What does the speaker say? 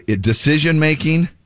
decision-making